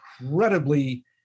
incredibly